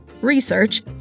research